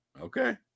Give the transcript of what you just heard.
Okay